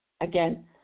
Again